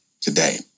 today